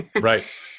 Right